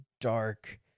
dark